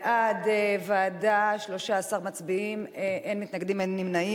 בעד ועדה, 13 מצביעים, אין מתנגדים, אין נמנעים.